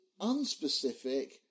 unspecific